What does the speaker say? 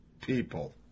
people